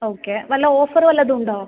okay വല്ല offer വല്ലതും ഉണ്ടോ